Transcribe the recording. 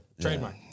trademark